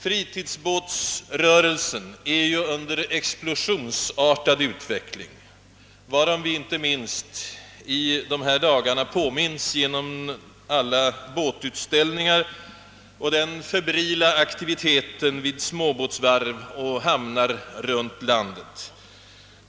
Fritidsbåtsrörelsen är ju under explosionsartad utveckling, varom vi inte minst i dessa dagar påminns genom alla båtutställningar och den febrila aktiviteten i småbåtsvarv och hamnar runt landet.